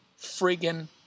friggin